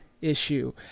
issue